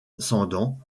descendants